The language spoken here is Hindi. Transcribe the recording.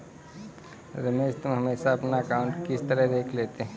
रमेश तुम हमेशा अपना अकांउट किस तरह देख लेते हो?